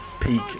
peak